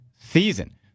season